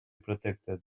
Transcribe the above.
protected